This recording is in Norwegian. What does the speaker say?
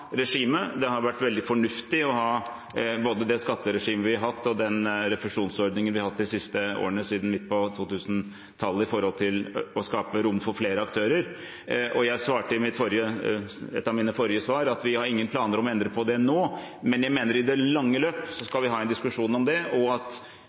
Det har vært veldig fornuftig å ha både det skatteregimet vi har hatt, og den refusjonsordningen vi har hatt de siste årene, siden midt på 2000-tallet, for å skape rom for flere aktører. I et av mine forrige svar sa jeg at vi har ingen planer om å endre på det nå, men jeg mener at vi i det lange løp